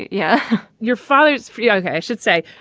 yeah, your father's younger, i should say,